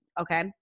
Okay